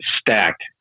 stacked